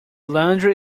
laundry